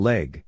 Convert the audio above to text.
Leg